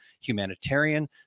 humanitarian